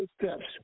steps